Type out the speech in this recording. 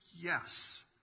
yes